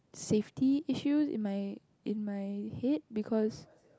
safety issues in my in my head because